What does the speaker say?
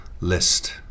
list